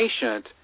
patient